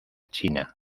china